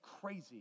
crazy